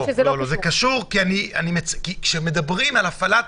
זה קשור, כי כשמדברים על הפעלת...